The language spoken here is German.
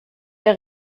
der